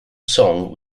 song